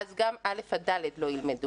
אז גם א' ד' לא ילמדו?